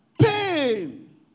pain